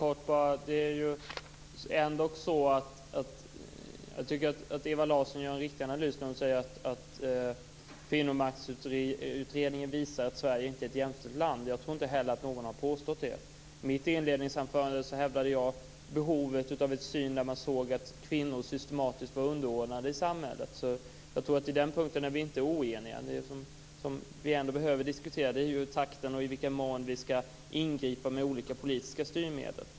Fru talman! Jag tycker att Ewa Larsson gör en riktig analys när hon säger att Kvinnomaktsutredningen visar att Sverige inte är ett jämställt land. Jag tror inte heller att någon har påstått det. I mitt inledningsanförande hävdade jag behovet av att se att kvinnor systematiskt är underordnade i samhället. På den punkten tror jag inte att vi är oeniga. Det som vi behöver diskutera är takten och i vilken mån man skall ingripa med olika politiska styrmedel.